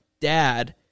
dad